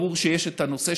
ברור שיש את הנושא,